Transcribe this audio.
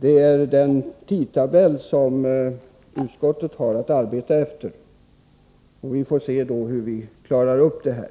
Det är den tidtabell som utskottet har att arbeta efter, och vi får se hur vi klarar ut det hela.